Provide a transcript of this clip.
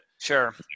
Sure